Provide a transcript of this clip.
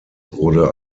wurde